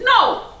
No